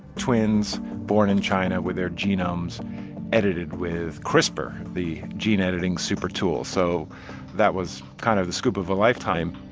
twins born in china with their genomes edited with crispr, the gene editing super-tool. so that was kind of the scoop of a lifetime.